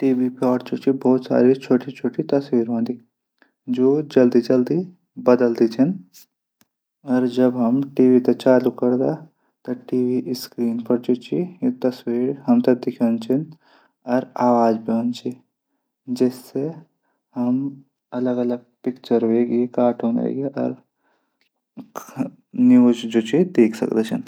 टीवी मा बहुत छुट्टी छुट्टी तस्वीर हूदन। जू जल्दी जल्दी बदलदा छन जब हम टीबी थै चालू करदा। तब टीवी स्क्रीन पर हमथै तस्वीर दिखैंदी छन। और आवाज भी औंदी छन। जैसे हम अलग अलग पिक्चर वेगे कार्टून वेगे दिखदा छां।